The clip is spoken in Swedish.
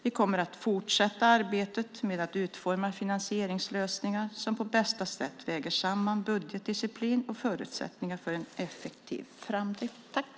Vi kommer att fortsätta arbetet med att utforma finansieringslösningar som på bästa sätt väger samman budgetdisciplin och förutsättningar för en effektiv framdrift.